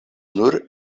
nur